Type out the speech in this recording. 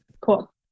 cool